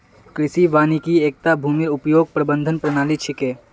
कृषि वानिकी एकता भूमिर उपयोग प्रबंधन प्रणाली छिके